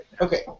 Okay